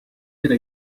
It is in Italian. era